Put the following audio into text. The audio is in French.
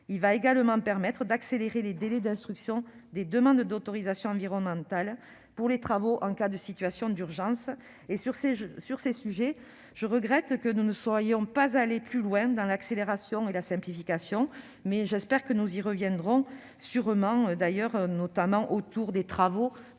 également d'accélérer les délais d'instruction des demandes d'autorisation environnementale pour les travaux en cas de situation d'urgence. Sur ces sujets, je regrette que nous ne soyons pas allés plus loin dans l'accélération et la simplification, mais j'espère que nous y reviendrons, notamment lors des travaux relatifs